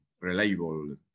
reliable